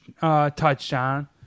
touchdown